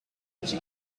iris